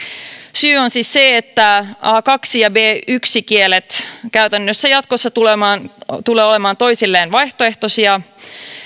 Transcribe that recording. syy on siis se että a kaksi ja b yksi kielet käytännössä jatkossa tulevat olemaan toisilleen vaihtoehtoisia